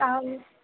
তাহলে